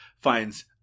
finds